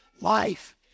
life